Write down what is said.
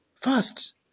First